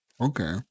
Okay